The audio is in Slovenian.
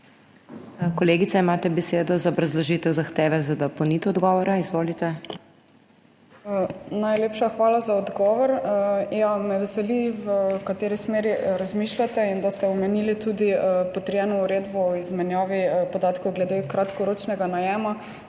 Kolegica, imate besedo za obrazložitev zahteve za dopolnitev odgovora. Izvolite. **SARA ŽIBRAT (PS Svoboda):** Najlepša hvala za odgovor. Me veseli, v kakšni smeri razmišljate in da ste omenili tudi potrjeno uredbo o izmenjavi podatkov glede kratkoročnega najema,